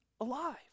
alive